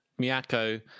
Miyako